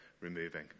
removing